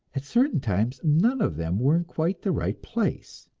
at certain times none of them were in quite the right place,